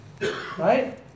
Right